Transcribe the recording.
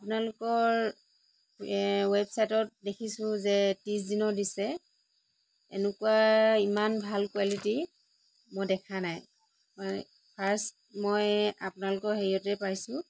আপোনালোকৰ ৱেবছাইটত দেখিছোঁ যে ত্ৰিছদিনৰ দিছে এনেকুৱা ইমান ভাল কোৱালিটী মই দেখা নাই ফাৰ্ষ্ট মই আপোনালোকৰ হেৰিয়তে পাইছোঁ